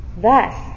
Thus